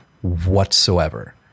whatsoever